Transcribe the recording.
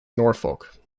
norfolk